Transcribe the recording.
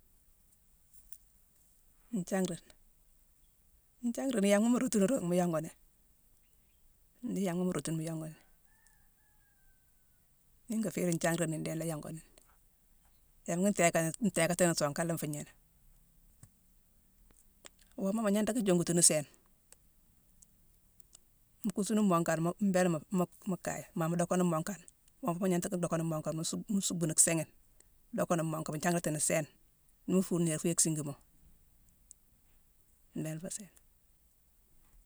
Njanghrani, njanghrani, yanghma mu rootini dorong, mu yonguni. Ni yanghma mu rootini, mu yonguni. Miine ngo féérine njanghrani ndéye nla yonguni. Yanghma ndéékani-ndéékatini song, nkala nfuu gnééné. Wooma, mu gnangnta ka jongutini sééne. Mu kuusu ni mookane, mo-mbéla-mu-féé-mu-mu kaye. Maa mu dockani mookane, wonfo mu gnanghta dockani mookane, mu-suck-mu suckbuni siigine, dockani mookane, mu janghratini sééne. Ni mu fuune, niir féé siingi mo. Mbéé la nféé sééne.